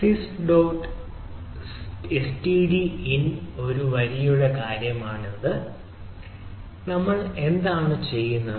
syz dot std in ലെ ഒരു വരിയുടെ കാര്യമാണിത് നമ്മൾ എന്താണ് ചെയ്യുന്നത്